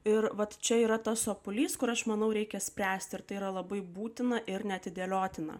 ir vat čia yra tas obuolys kur aš manau reikia spręsti ir tai yra labai būtina ir neatidėliotina